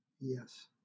yes